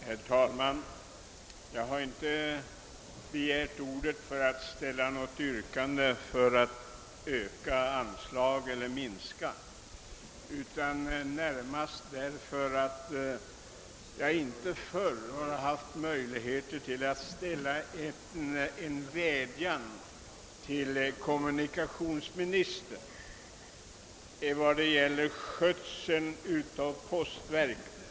Herr talman! Jag har inte begärt ordet för att ställa något yrkande om ökat eller minskat anslag utan närmast därför att jag inte tidigare har haft möjlighet att framställa en vädjan till kommunikationsministern vad det gäller skötseln av postverket.